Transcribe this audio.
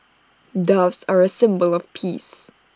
doves are A symbol of peace